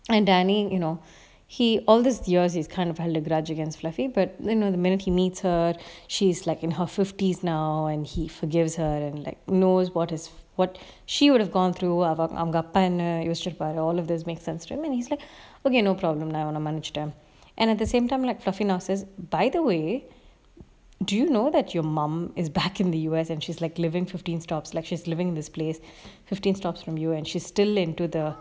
and danny you know he all these years he's kind of held a grudge against fluffy but then you know the minute he meets her she's like in her fifties now and he forgives her and like knows what is what she would have gone through அவ அவங்க அப்பா என்ன யோசிச்சி இருப்பாரு:ava avanga appa enna yosichi irupparu all of this makes sense for him and he's like okay no problem lah நா ஒன்ன மன்னிச்சிடன்:na onna mannichitan them and at the same time like fluffy now says by the way do you know that your mum is back in the U_S and she's like living fifteen stops like she's living this place fifteen stops from you and she's still into the